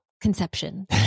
conception